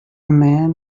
man